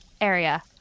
area